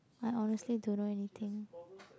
I honestly don't know anything